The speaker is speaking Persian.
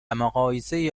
مقایسه